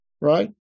Right